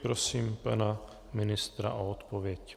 Prosím pana ministra o odpověď.